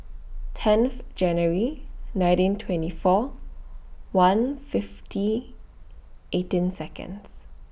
tenth January nineteen twenty four one fifty eighteen Seconds